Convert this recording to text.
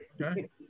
Okay